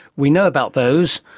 we know about those,